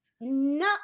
no